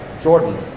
Jordan